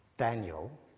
Daniel